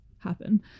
happen